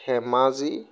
Dhemaji